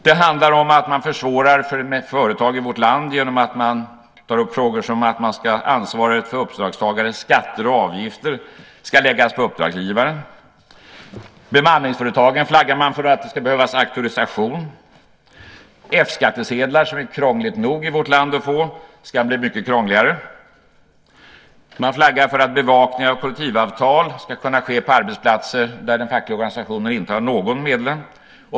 Det handlar om att man försvårar för företag i vårt land genom att man tar upp frågor som att ansvaret för uppdragstagarens skatter och avgifter ska läggas på uppdragsgivaren. När det gäller bemanningsföretagen flaggar man för att det ska behövas auktorisation. F-skattsedlar, som det är krångligt nog att få i vårt land, ska bli mycket krångligare. Man flaggar för att bevakning av kollektivavtal ska kunna ske på arbetsplatser där de fackliga organisationerna inte har någon medlem.